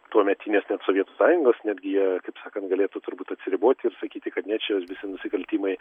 tuometinės net sovietų sąjungos netgi jie taip sakant galėtų turbūt atsiriboti ir sakyti kad ne čia visi nusikaltimai